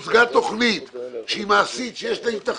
שהיא מעשית, שיש לה היתכנות,